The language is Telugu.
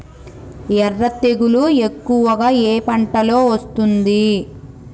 ఎర్ర తెగులు ఎక్కువగా ఏ పంటలో వస్తుంది?